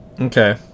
Okay